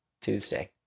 Tuesday